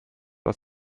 aus